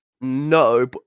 No